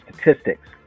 statistics